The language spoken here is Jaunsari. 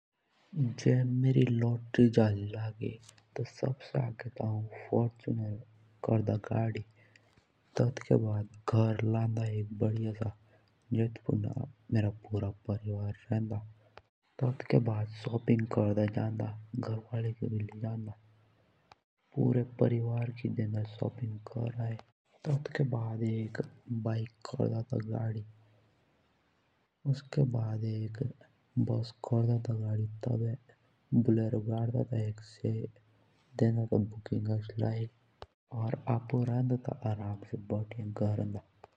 जे मेरी लॉटरी जाली लाही तो सबसे आगे तो एक फॉर्च्यूनर कोरदा गाड़ी और तेतके बाद शॉपिंग कोरदा और घर वालो की भी देंदा कोराए। तेतके बाद हौं एक बस कोरदा ता गाड़ी और तब एक बोलेरो कोरदा ता गाड़ी।